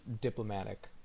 diplomatic